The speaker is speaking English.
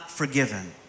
forgiven